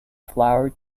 flour